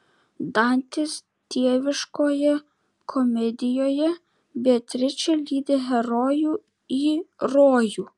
dantės dieviškoje komedijoje beatričė lydi herojų į rojų